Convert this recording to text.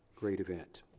great event.